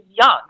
young